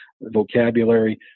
vocabulary